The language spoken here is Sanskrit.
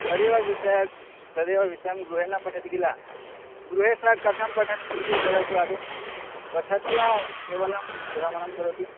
तदेव विषयं तदेव विषयं गृहे न पठति किल गृहे सः कथं पठति किञ्चित् वदतु आदौ पठति वा केवलं भ्रमणं करोति